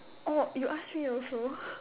oh you ask me also